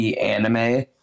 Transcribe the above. anime